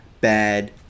bad